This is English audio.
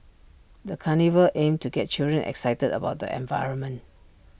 the carnival aimed to get children excited about the environment